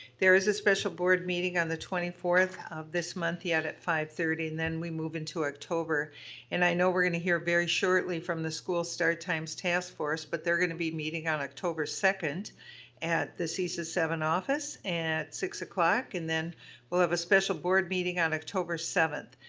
there's a special board meeting on the twenty fourth of this month yet at five thirty and then we move into october and i know we are going to hear very shortly from the school start time taskforce, but they're going to be meeting on october second at the cesa seven office at six o'clock and then we'll have a special board meeting on october seventh.